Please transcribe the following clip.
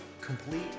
complete